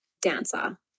dancer